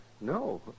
No